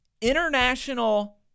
international